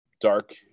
dark